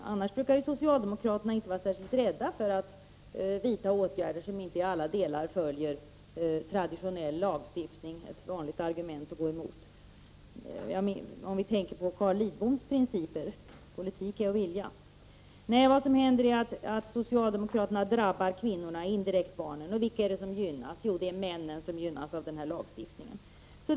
Men annars brukar socialdemokraterna inte vara särskilt rädda för att vidta åtgärder som inte till alla delar följer traditionell lagstiftning — ett vanligt argument när det gäller att gå emot. Jag tänker då på Carl Lidboms principer — politik är att vilja. Nej, vad som händer är att socialdemokraterna drabbar kvinnorna och indirekt också barnen. Vilka är det då som gynnas av den här lagstiftningen? Jo, det är männen.